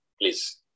Please